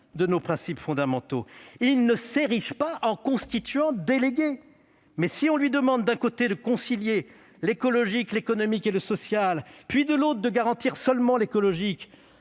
de nos principes fondamentaux : il ne s'érige pas en constituant délégué. Cependant, si on lui demande d'un côté de concilier l'écologique, l'économique et le social, puis, de l'autre, de garantir seulement l'écologique,